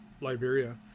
Liberia